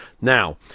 now